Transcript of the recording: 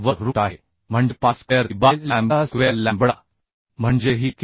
वर रूट आहे म्हणजे pi square e by lambda square lambda म्हणजे ही के